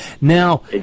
Now